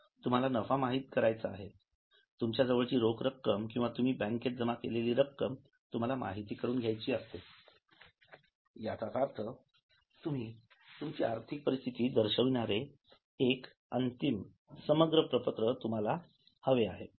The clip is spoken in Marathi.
तुम्हाला नफा माहीत आहे तुमच्या जवळची रोख रक्कम किंवा तुम्ही बँकेत जमा केलेली रक्कम तुम्हाला माहित करून घ्यायची असते याचाच अर्थतुमची आर्थिक परिस्थिती दर्शविणारे एक अंतिमसमग्रप्रपत्र तुम्हाला हवे आहे